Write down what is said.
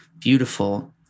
beautiful